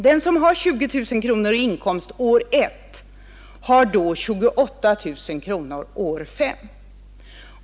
Den som har 20 000 kronor i inkomst år 1 har då 28 000 kronor år 5.